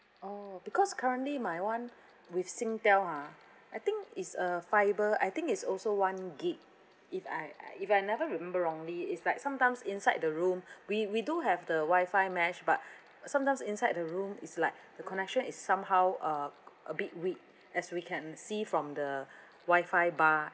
oh because currently my [one] with singtel ha I think is a fiber I think is also one gig if I I if I never remember wrongly is like sometimes inside the room we we do have the wi-fi mesh but sometimes inside the room is like the connection is somehow uh a bit weak as we can see from the wi-fi bar